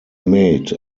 made